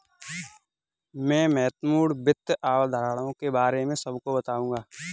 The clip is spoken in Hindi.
मैं महत्वपूर्ण वित्त अवधारणाओं के बारे में सबको बताऊंगा